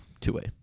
two-way